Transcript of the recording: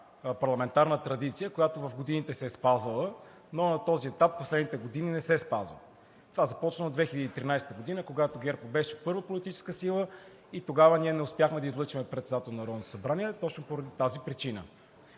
парламентарна традиция, която в годините се е спазвала, но на този етап последните години не се спазва. Това започна от 2013-а, когато ГЕРБ-СДС беше първа политическа сила и тогава ние не успяхме да излъчим председател на Народното събрание точно поради тази причина,